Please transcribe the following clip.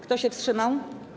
Kto się wstrzymał?